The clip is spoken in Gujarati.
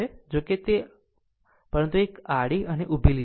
જો કે તે પરંતુ આડી અને એક ઉભી છે